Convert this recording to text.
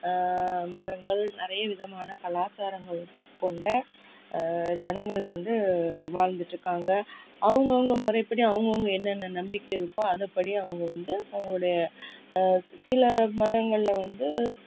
மதங்கள் நிறைய விதமான கலாச்சாரங்கள் கொண்ட ஜனங்கள் வந்து வாழ்ந்துட்ருக்காங்க அவங்க அவங்க முறைப்படி அவங்க அவங்க என்னென்ன நம்பிக்கை இருக்கோ அதுப்படி அவங்க வந்து அவங்களுடைய சில மதங்களில் வந்து